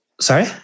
sorry